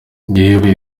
yewe